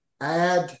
add